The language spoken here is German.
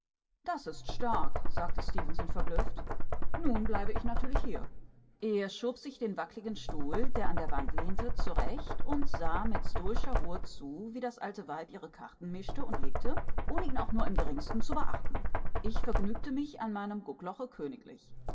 das ist stark sagte stefenson verblüfft nun bleibe ich natürlich hier er schob sich den wackligen stuhl der an der wand lehnte zurecht und sah mit stoischer ruhe zu wie das alte weib ihre karten mischte und legte ohne ihn auch nur im geringsten zu beachten ich vergnügte mich an meinem guckloche königlich